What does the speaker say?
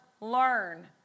learn